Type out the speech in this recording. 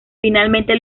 finalmente